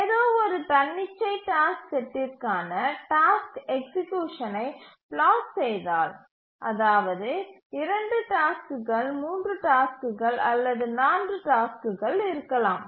ஏதோ ஒரு தன்னிச்சை டாஸ்க் செட்டிற்கான டாஸ்க் எக்சீக்யூசனை பிளாட் செய்தால் அதாவது 2 டாஸ்க்குகள் 3 டாஸ்க்குகள் அல்லது 4 டாஸ்க்குகள் இருக்கலாம்